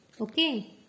Okay